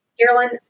Carolyn